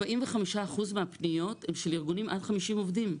45% מהפניות הן של ארגונים עד 50 עובדים.